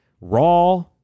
raw